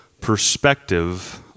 perspective